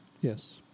Yes